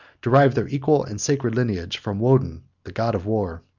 derived their equal and sacred lineage from woden, the god of war.